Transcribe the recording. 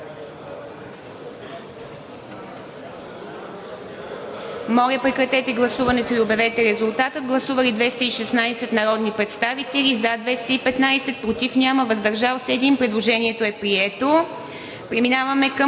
Моля, прекратете гласуването и обявете резултата. Гласували 204 народни представители: за 194, против 4, въздържали се 6. Предложението е прието.